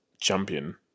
champion